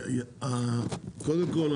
קודם כול,